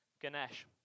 Ganesh